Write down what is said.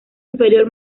inferior